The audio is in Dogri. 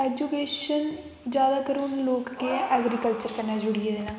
एजुकेशन जादैतर हून लोक केह् एग्रीकल्चर कन्नै जुड़ी गेदे न